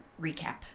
recap